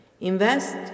invest